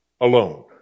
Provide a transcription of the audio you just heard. alone